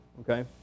Okay